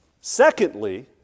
Secondly